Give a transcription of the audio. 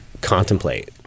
contemplate